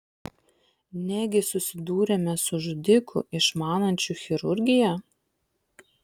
negi susidūrėme su žudiku išmanančiu chirurgiją